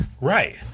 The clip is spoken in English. Right